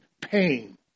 pain